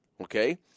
Okay